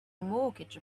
mortgage